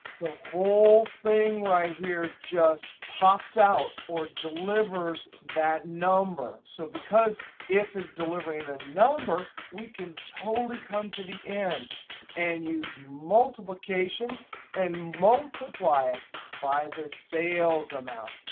the whole thing right here just pops out or delivers that number. so because if is delivering a number, we can totally come to the end and use multiplication and multiply it by the sales amount,